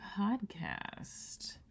Podcast